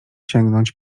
sięgnąć